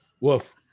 Woof